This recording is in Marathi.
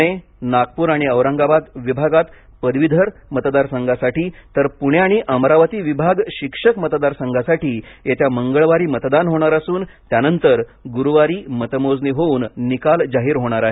पुणे नागपूर आणि औरंगाबाद विभागात पदवीधर मतदार संघासाठी तर पूणे आणि अमरावती विभाग शिक्षक मतदार संघासाठी येत्या मंगळवारी मतदान होणार असून त्यानंतर गुरुवारी मतमोजणी होऊन निकाल जाहीर होणार आहे